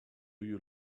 you